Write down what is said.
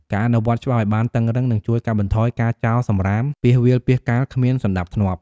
ការអនុវត្តច្បាប់ឲ្យបានតឹងរ៉ឹង នឹងជួយកាត់បន្ថយការចោលសំរាមពាសវាលពាសកាលគ្មានសណ្ដាប់ធ្នាប់។